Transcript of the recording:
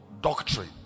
Doctrine